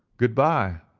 good-bye,